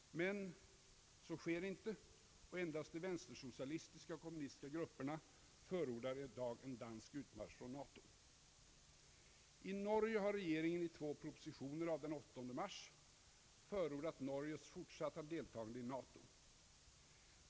Men så sker inte. Endast de vänstersocialistiska och kommunistiska grupperna förordar i dag en dansk utmarsch ur NATO. I Norge har regeringen i två propositioner av den 8 mars förordat Norges fortsatta deltagande i NATO.